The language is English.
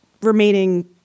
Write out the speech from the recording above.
remaining